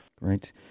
Right